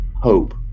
hope